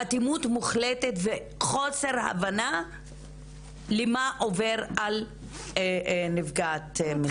אטימות מוחלטת וחוסר הבנה למה שעובר על נפגעת מין.